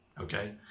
Okay